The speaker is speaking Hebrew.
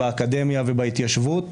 באקדמיה ובהתיישבות,